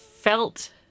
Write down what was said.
felt